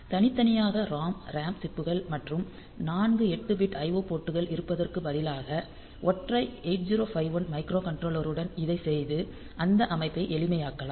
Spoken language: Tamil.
தனித்தனியாக ROM RAM சிப் புகள் மற்றும் நான்கு 8 பிட் IO போர்ட்கள் இருப்பதற்கு பதிலாக ஒற்றை 8051 மைக்ரோ கன்ட்ரோலருடன் இதைச் செய்து அந்த அமைப்பை எளிமையாக்கலாம்